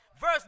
Verse